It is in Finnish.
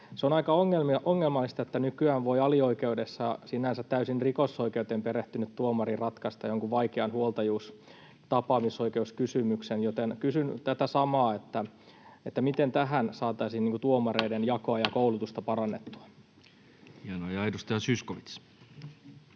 Se on aika ongelmallista, että nykyään voi alioikeudessa sinänsä täysin rikosoikeuteen perehtynyt tuomari ratkaista jonkun vaikean huoltajuus-, tapaamisoikeuskysymyksen, joten kysyn tätä samaa: miten tähän saataisiin tuomareiden jakoa ja koulutusta parannettua? [Speech 149] Speaker: